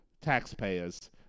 taxpayers